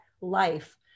life